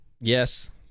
yes